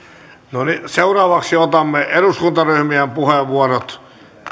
no niin seuraavaksi otamme eduskuntaryhmien puheenvuorot